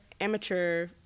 amateur